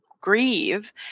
grieve